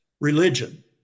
Religion